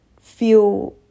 feel